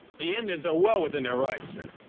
the indians are well within their rights, sir.